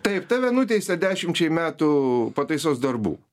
taip tave nuteisė dešimčiai metų pataisos darbų